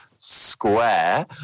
Square